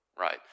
Right